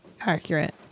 accurate